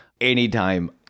anytime